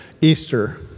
Easter